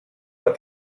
but